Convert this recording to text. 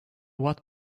what